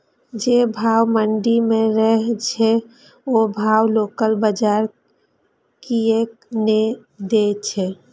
जे भाव मंडी में रहे छै ओ भाव लोकल बजार कीयेक ने दै छै?